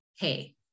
Hey